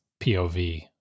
POV